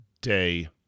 day